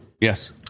Yes